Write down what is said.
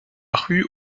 rue